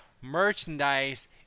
merchandise